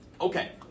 Okay